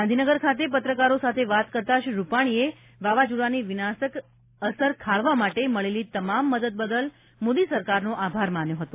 ગાંધીનગર ખાતે પત્રકારો સાથે વાત કરતા શ્રી રુપાણીએ વાવાઝોડાની વિનાશક અસર ખાળવા માટે મળેલી તમામ મદદ બદલ મોદી સરકારનો આભાર માન્યો હતો